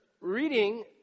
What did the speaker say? reading